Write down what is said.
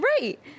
Right